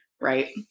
Right